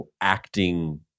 acting